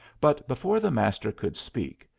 but before the master could speak,